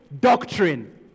doctrine